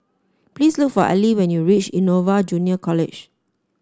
please look for Allie when you reach Innova Junior College